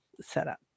setup